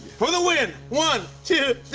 for the win! one, two,